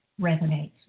resonates